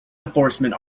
enforcement